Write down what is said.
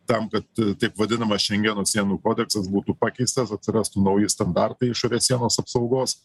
tam kad taip vadinamas šengeno sienų kodeksas būtų pakeistas atsirastų nauji standartai išorės sienos apsaugos